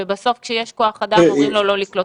ובסוף, כשיש כוח אדם, אומרים לו לא לקלוט?